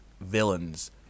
villains